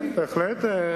כן, בהחלט.